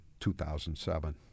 2007